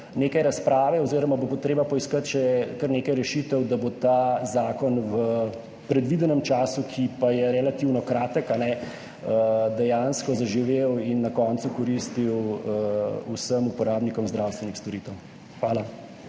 nekaj razprave oziroma bo treba poiskati še kar nekaj rešitev, da bo ta zakon v predvidenem času, ki pa je relativno kratek, dejansko zaživel in na koncu koristil vsem uporabnikom zdravstvenih storitev. Hvala.